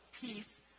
peace